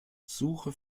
suche